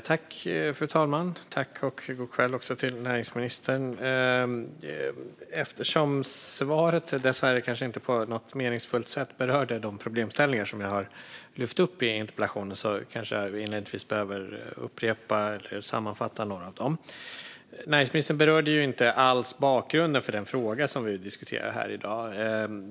Fru talman! Tack och god kväll till näringsministern! Eftersom svaret dessvärre inte på något meningsfullt sätt berörde de problemställningar som jag har lyft upp i interpellationen kanske jag inledningsvis behöver upprepa eller sammanfatta några av dem. Näringsministern berörde inte alls bakgrunden till den fråga som vi diskuterar här i dag.